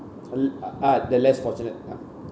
l~ uh uh the less fortunate ya